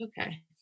okay